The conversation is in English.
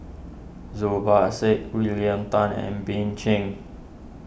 Zubir Said William Tan and Bill Chen